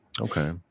Okay